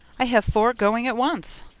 i have four going at once.